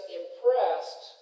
impressed